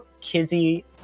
Kizzy